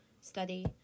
Study